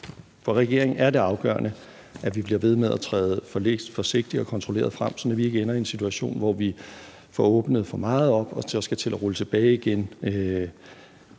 For regeringen er det afgørende, at vi bliver ved med at træde forsigtigt og kontrolleret frem, sådan at vi ikke ender i en situation, hvor vi får åbnet for meget op og så skal til at rulle tilbage igen.